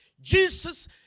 Jesus